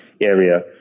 area